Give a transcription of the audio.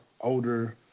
older